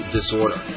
Disorder